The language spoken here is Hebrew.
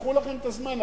תחסכו לכם את הזמן.